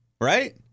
right